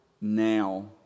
now